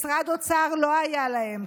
משרד אוצר לא היה להם,